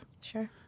Sure